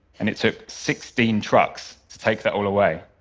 and it took sixteen trucks to take that all away.